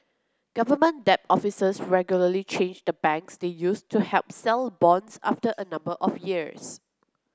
government debt officers regularly change the banks they use to help sell bonds after a number of years